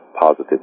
positive